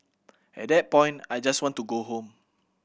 at that point I just want to go home